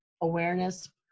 awareness